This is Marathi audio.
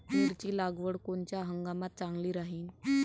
मिरची लागवड कोनच्या हंगामात चांगली राहीन?